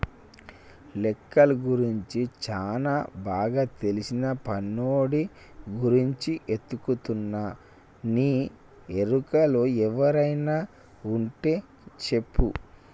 లెక్కలు గురించి సానా బాగా తెల్సిన పనోడి గురించి ఎతుకుతున్నా నీ ఎరుకలో ఎవరైనా వుంటే సెప్పు